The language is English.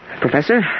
Professor